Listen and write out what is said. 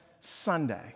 Sunday